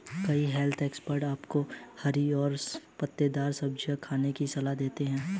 कई health expert आपको हरी और पत्तेदार सब्जियां खाने की सलाह देते हैं